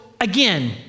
again